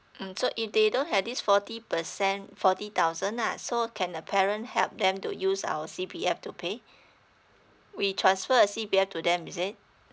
mm so if they don't have this forty percent forty thousand lah so can the parent help them to use our C_P_F to pay we transfer a C_P_F to them is it